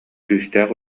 күүстээх